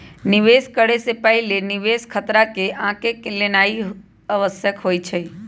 निवेश करे से पहिले निवेश खतरा के आँक लेनाइ आवश्यक होइ छइ